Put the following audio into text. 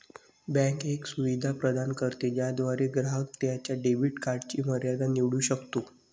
bank एक सुविधा प्रदान करते ज्याद्वारे ग्राहक त्याच्या डेबिट कार्डची मर्यादा निवडू शकतो